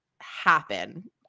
happen